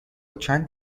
چند